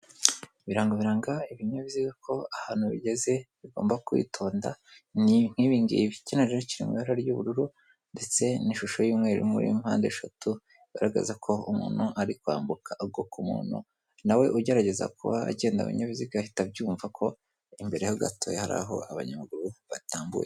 Ibirango biranga ibinyabiziga ko ahantu bigeze bigomba kwitonda, ni nk'ibingibi, kino rero kiri mu ibara ry'ubururu ndetse n'ishusho y'umweru muri mpande eshatu, bigaragaza ko umuntu ari kwambuka, ubwo ku muntu nawe ugerageza kuba agenda ku binyabiziga ahita abyumva ko imbere ho gato, hari aho abanyamaguru batambukira.